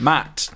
Matt